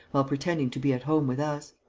while pretending to be at home with us.